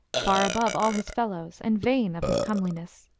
far above all his fellows, and vain of his comeliness.